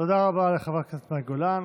תודה רבה לחברת הכנסת מאי גולן.